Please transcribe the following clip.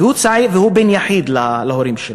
והוא בן יחיד להורים שלו.